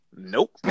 Nope